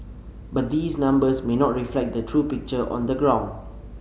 but these numbers may not reflect the true picture on the ground